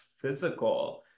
physical